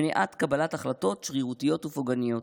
ומניעת קבלת החלטות שרירותיות ופוגעניות.